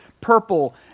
purple